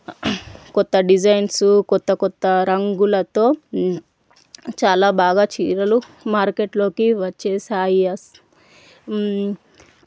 క్రొత్త డిజైన్స్ క్రొత్త క్రొత్త రంగులతో చాలా బాగా చీరలు మార్కెట్లోకి వచ్చేసాయి